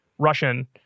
Russian